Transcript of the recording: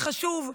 וחבל מאוד,